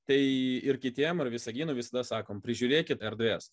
tai ir kitiem ir visaginui visada sakom prižiūrėkit erdves